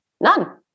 None